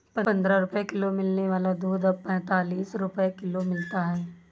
पंद्रह रुपए किलो मिलने वाला दूध अब पैंतालीस रुपए किलो मिलता है